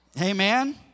Amen